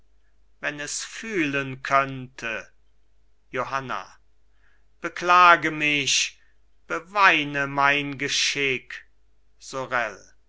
wenn es fühlen könnte johanna beklage mich beweine mein geschick sorel